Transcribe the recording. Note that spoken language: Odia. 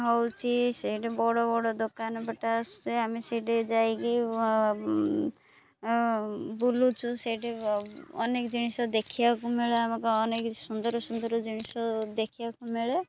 ହେଉଛି ସେଇଟି ବଡ଼ ବଡ଼ ଦୋକାନ ପଟା ଆସେ ଆମେ ସେଇଠି ଯାଇକି ବୁଲୁଛୁ ସେଇଠି ଅନେକ ଜିନିଷ ଦେଖିବାକୁ ମିଳେ ଆମକୁ ଅନେକ ସୁନ୍ଦର ସୁନ୍ଦର ଜିନିଷ ଦେଖିବାକୁ ମିଳେ